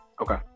Okay